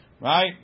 Right